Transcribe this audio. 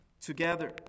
together